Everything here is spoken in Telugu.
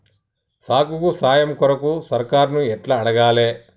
సాగుకు సాయం కొరకు సర్కారుని ఎట్ల అడగాలే?